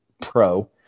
pro